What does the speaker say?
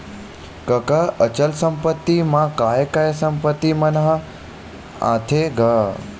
कका अचल संपत्ति मा काय काय संपत्ति मन ह आथे गा?